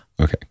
Okay